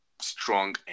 strong